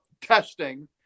testing